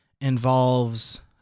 involves